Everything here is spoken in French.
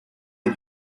est